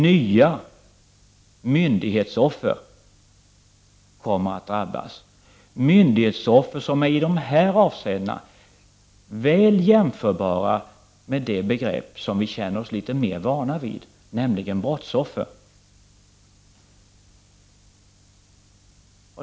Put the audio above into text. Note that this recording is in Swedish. Nya myndighetsoffer kommer att drabbas, myndighetsoffer som i de här avseendena är väl jämförbara med ett begrepp som vi känner oss litet mer vana vid, nämligen brottsoffer.